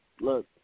look